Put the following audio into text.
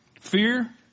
Fear